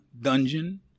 dungeon